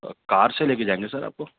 کار سے لے کے جائیں گے سر آپ کو